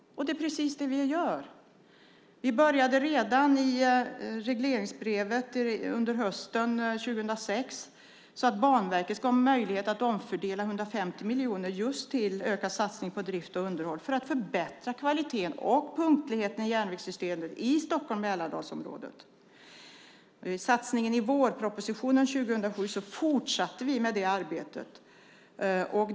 Det är precis det vi gör. Vi började med det redan i regleringsbrevet under hösten 2006. Banverket ska ha möjlighet att omfördela 150 miljoner till just ökad satsning på drift och underhåll för att förbättra kvaliteten och punktligheten i järnvägssystemet i Stockholm-Mälardalen. I och med satsningen i vårpropositionen 2007 fortsatte vi med det arbetet.